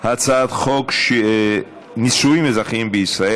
הצעת חוק נישואין אזרחיים בישראל,